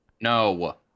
No